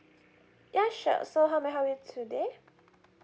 yeah sure so how may I help you today